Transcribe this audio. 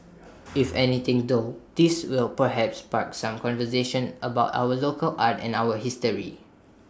if anything though this will perhaps spark some conversations about our local art and our history